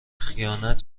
خیانت